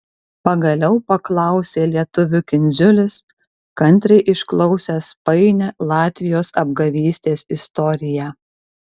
pagaliau paklausė lietuvių kindziulis kantriai išklausęs painią latvijos apgavystės istoriją